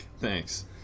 Thanks